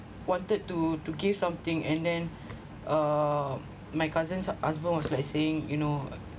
wanted to to give something and then uh my cousins husband was like saying you know